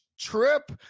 trip